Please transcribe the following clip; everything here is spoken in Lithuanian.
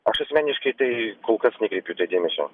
aš asmeniškai tai kol kas nekreipiu į tai dėmesio